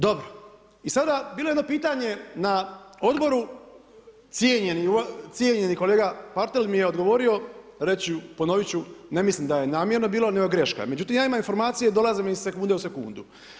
Dobro, i sada bilo je jedno pitanje na odboru, cijenjeni kolega Partel mi je odgovorio, ponovit ću ne mislim da je namjerno bilo, nego greška, međutim ja imam informacije, dolaze mi iz sekunde u sekundu.